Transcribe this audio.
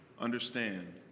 understand